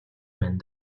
байна